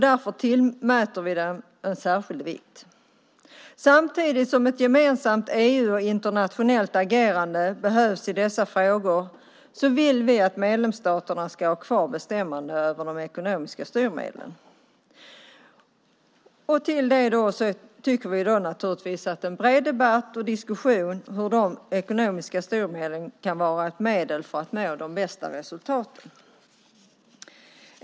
Därför tillmäter vi den särskild vikt. Samtidigt som ett gemensamt EU-agerande och internationellt agerande behövs i dessa frågor vill vi att medlemsstaterna ska ha kvar bestämmandet över de ekonomiska styrmedlen. Dessutom tycker vi naturligtvis att en bred debatt och diskussion om de ekonomiska styrmedlen kan vara ett medel för att nå de bästa resultaten.